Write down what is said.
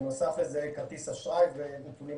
בנוסף לזה כרטיס אשראי ונתונים